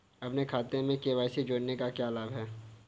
अपने खाते में के.वाई.सी जोड़ने का क्या लाभ है?